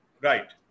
Right